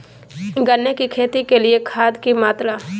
गन्ने की खेती के लिए खाद की मात्रा?